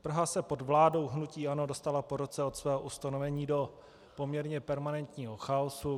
Praha se pod vládou hnutí ANO dostala po roce od svého ustanovení do poměrně permanentního chaosu.